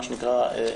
מה שנקרא,